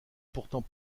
pourtant